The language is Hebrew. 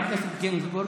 חבר הכנסת גינזבורג,